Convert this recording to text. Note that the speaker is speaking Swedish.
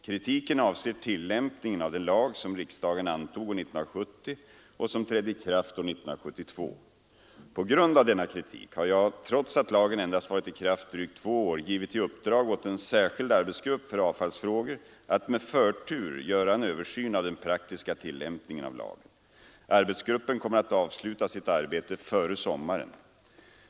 Kritiken avser tillämpningen av den lag som riksdagen antog år 1970 och som trädde i kraft år 1972. På grund av denna kritik har jag, trots att lagen endast varit i kraft drygt två år, givit i uppdrag åt en särskild arbetsgrupp för avfallsfrågor att med förtur göra en översyn av den praktiska tillämpningen av lagen. Arbetsgruppen kommer att avsluta sitt arbete före sommaren.